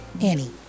Annie